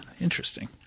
Interesting